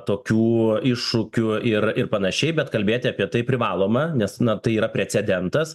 tokių iššūkių ir ir panašiai bet kalbėti apie tai privaloma nes na tai yra precedentas